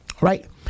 right